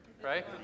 right